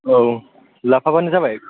औ लाफाबानो जाबाय